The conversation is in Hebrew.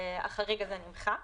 החריג הזה נמחק,